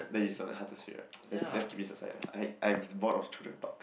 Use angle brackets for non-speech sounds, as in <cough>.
that is something hard to say right <noise> let's let's keep it aside ah I'm I'm bored of children talk